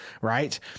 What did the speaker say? right